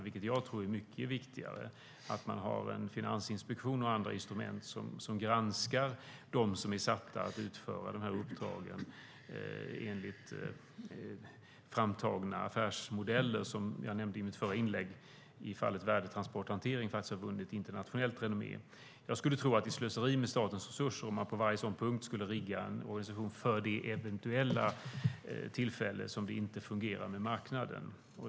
Jag tror att det är mycket viktigare att ha en finansinspektion och andra instrument som granskar dem som är satta att utföra dessa uppdrag enligt framtagna affärsmodeller. I fallet värdetransporthantering har detta faktiskt vunnit internationellt renommé, vilket jag nämnde i mitt förra inlägg. Det vore slöseri med statens resurser om man på varje sådan punkt skulle rigga en organisation för det eventuella tillfälle då det inte fungerar med marknaden.